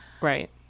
Right